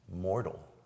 mortal